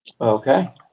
Okay